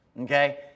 Okay